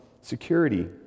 security